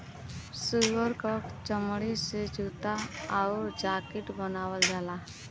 सूअर क चमड़ी से जूता आउर जाकिट बनावल जाला